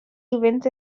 events